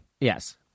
Yes